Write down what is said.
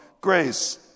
grace